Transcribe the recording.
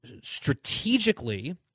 strategically –